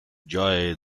joy